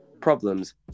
problems